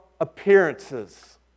appearances